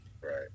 Right